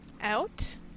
out